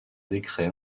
décret